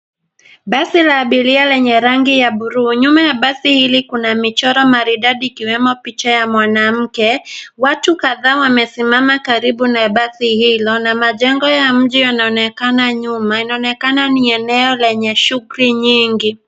Basi la abiria lenye rangi ya buluu. Nyuma ya basi hili kuna michoro maridadi ikiwemo picha ya mwanamke. Watu kadhaa wamesimama karibu na basi hilo na majengo ya mji yanaonekana nyuma. Inaonekana ni eneo lenye shughuli nyingi.